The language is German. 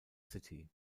city